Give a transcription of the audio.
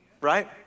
Right